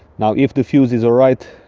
now if the fuse is all right,